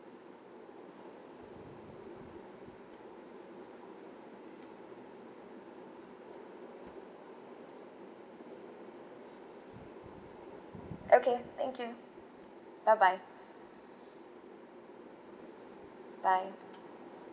okay thank you bye bye bye